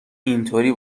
اینطوری